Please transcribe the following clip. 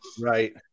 Right